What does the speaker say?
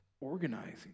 organizing